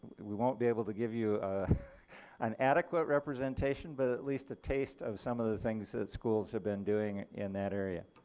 we won't be able to give you an adequate representation but at least a taste of some of the things that schools have been doing in that area.